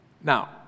Now